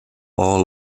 all